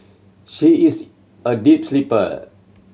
she is a deep sleeper